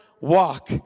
walk